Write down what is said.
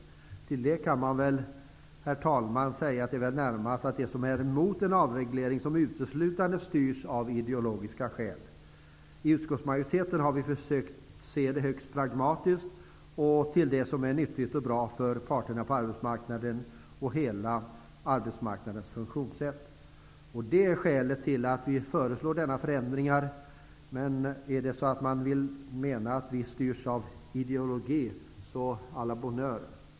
Till det kan jag säga, herr talman, att det närmast är de som är emot en avreglering som uteslutande styrs av ideologiska skäl. I utskottsmajoriteten har vi försökt att se detta högst pragmatiskt, att se till det som är nyttigt och bra för parterna på arbetsmarknaden och hela arbetsmarknadens funktionssätt. Det är skälet till att vi föreslår denna förändring, men om man menar att vi styrs av ideologi, så à la bonheure.